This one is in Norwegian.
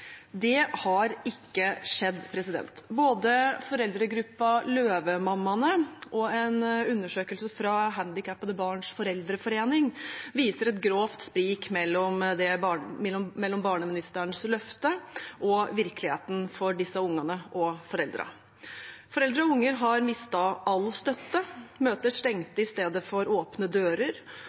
Det har ikke skjedd. Både foreldregruppa Løvemammaene og en undersøkelse fra Handikappede Barns Foreldreforening viser et grovt sprik mellom barneministerens løfte og virkeligheten for disse ungene og foreldrene. Foreldre og unger har mistet all støtte, møter stengte i stedet for åpne dører,